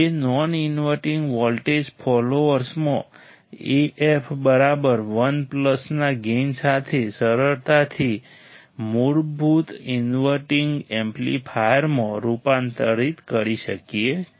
બે non inverting voltage ફોલોઅર્સમાં A f બરાબર 1 પ્લસના ગેઇન સાથે સરળતાથી મૂળભૂત ઇન્વર્ટિંગ એમ્પ્લીફાયરમાં રૂપાંતરિત કરી શકાય છે